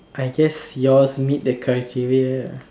I guess yours meet the criteria lah